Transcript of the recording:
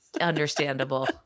Understandable